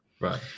right